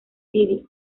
city